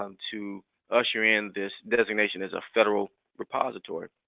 um to usher in this designation as a federal repository.